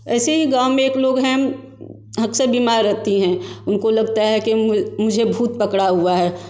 ऐसे ही गाँव में एक लोग हैं अक्सर बीमार रहती हैं उनको लगता है कि मुझे भूत पकड़ा हुआ है